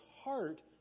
heart